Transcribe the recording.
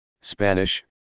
Spanish